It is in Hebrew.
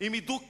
עם הידוק